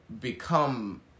become